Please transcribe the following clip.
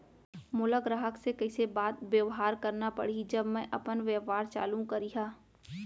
मोला ग्राहक से कइसे बात बेवहार करना पड़ही जब मैं अपन व्यापार चालू करिहा?